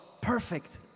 perfect